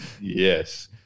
yes